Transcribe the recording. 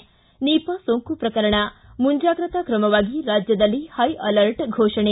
ಿ ನಿಪಾ ಸೋಂಕು ಪ್ರಕರಣ ಮುಂಜಾಗ್ರತಾ ಕ್ರಮವಾಗಿ ರಾಜ್ಯದಲ್ಲಿ ಹೈ ಅಲರ್ಟ್ ಫೋಷಣೆ